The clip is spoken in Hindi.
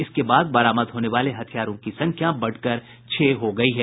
इसके बाद बरामद होने वाले हथियारों की संख्या बढ़कर छह हो गयी है